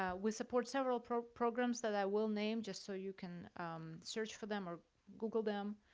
ah we support several programs programs that i will name just so you can search for them or google them.